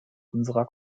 unserer